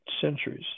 centuries